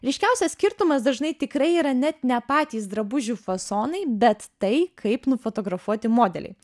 ryškiausias skirtumas dažnai tikrai yra net ne patys drabužių fasonai bet tai kaip nufotografuoti modeliai